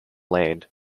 land